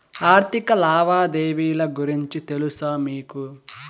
ఆర్థిక లావాదేవీల గురించి తెలుసా మీకు